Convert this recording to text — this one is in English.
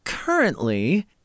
Currently